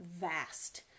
vast